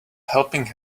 helping